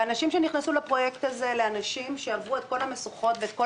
האנשים שנכנסו לפרויקט הזה הם אנשים שעברו את כל המשוכות ואת כל